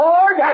Lord